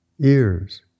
ears